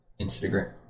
Instagram